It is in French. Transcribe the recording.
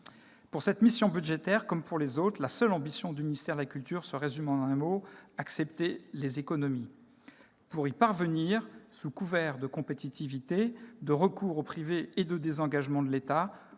Pour cette mission budgétaire, comme pour les autres, la seule ambition du ministère de la culture se résume en un mot : accepter les économies. Pour y parvenir, sous couvert de compétitivité, de recours au privé et de désengagement de l'État,